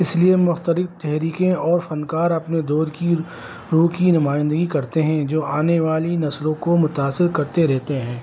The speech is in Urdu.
اس لیے مختلف تحریکیں اور فنکار اپنے دور کی روح کی نمائندگی کرتے ہیں جو آنے والی نسلوں کو متاثر کرتے رہتے ہیں